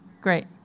Great